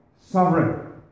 sovereign